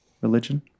Religion